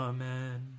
Amen